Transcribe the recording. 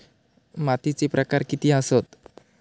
मातीचे प्रकार किती आसत?